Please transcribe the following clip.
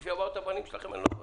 לפי הבעת הפנים שלכן, אני לא ברור.